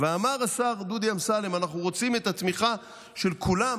ואמר השר דודי אמסלם: אנחנו רוצים את התמיכה של כולם